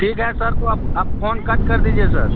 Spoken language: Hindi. ठीक है सर तो अब फोन कट कर दीजिए सर